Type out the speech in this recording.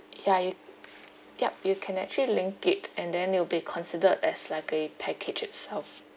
ya you yup you can actually link it and then it'll be considered as like a package itself